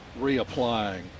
reapplying